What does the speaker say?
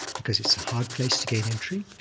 because it's a hard place to gain entry,